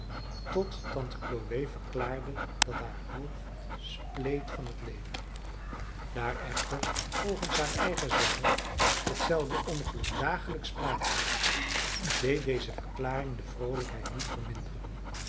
tot tante chloe verklaarde dat haar hoofd spleet van het leven daar echter volgens haar eigen zeggen hetzelfde ongeluk dagelijks plaats had deed deze verklaring de vroolijkheid niet verminderen